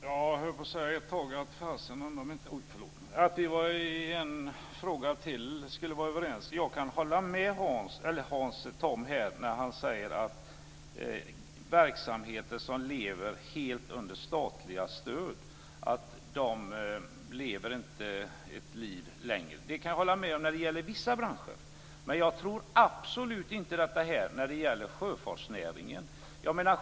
Fru talman! Jag höll ett tag på att säga att fasen vet - oj, förlåt mig - om vi inte är överens i ännu en fråga. Jag kan hålla med Tom när han säger att verksamheter som lever helt under statliga stöd inte lever länge, men bara när det gäller vissa branscher. Jag tror absolut inte att detta gäller sjöfartsnäringen.